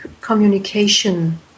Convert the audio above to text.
communication